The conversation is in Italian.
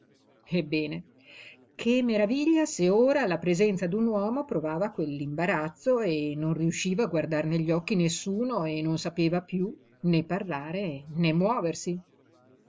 selciato ebbene che maraviglia se ora alla presenza d'un uomo provava quell'imbarazzo e non riusciva a guardar negli occhi nessuno e non sapeva piú né parlare né muoversi